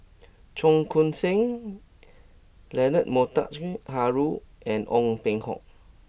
Cheong Koon Seng Leonard Montague Harrod and Ong Peng Hock